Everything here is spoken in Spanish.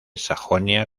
sajonia